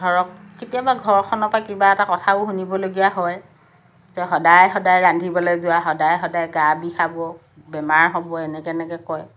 ধৰক কেতিয়াবা ঘৰখনৰ পৰা কিবা এটা কথাও শুনিবলগীয়া হয় যে সদায় সদায় ৰান্ধিবলৈ যোৱা সদায় সদায় গা বিষাব বেমাৰ হ'ব এনেকৈ এনেকৈ কয়